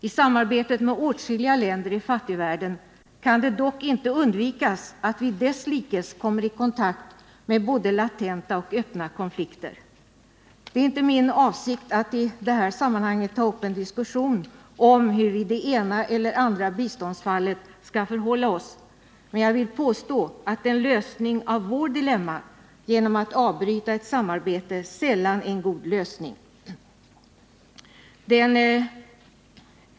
I samarbetet med åtskilliga länder i fattigvärlden kan det dock inte undvikas att vi desslikes kommer i kontakt med både latenta och öppna konflikter. Det är inte min avsikt att i det här sammanhanget ta upp en diskussion om hur vi i det ena eller det andra biståndsfallet skall förhålla oss, men jag vill påstå att en lösning av vårt dilemma genom att avbryta ett samarbete sällan är en god lösning.